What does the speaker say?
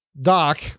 doc